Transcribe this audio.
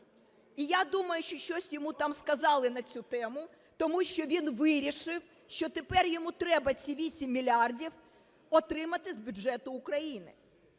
І я думаю, що щось йому там сказали на цю тему, тому що він вирішив, що тепер йому треба ці 8 мільярдів отримати з бюджету України.